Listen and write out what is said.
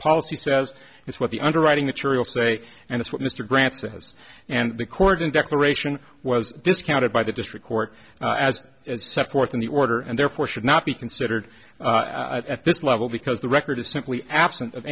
policy says is what the underwriting material say and what mr grant says and the court in declaration was discounted by the district court as set forth in the order and therefore should not be considered at this level because the record is simply absent of